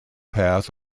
path